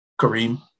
Kareem